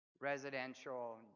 residential